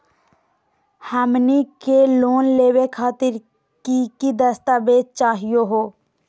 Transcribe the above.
हमनी के लोन लेवे खातीर की की दस्तावेज चाहीयो हो?